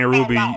Ruby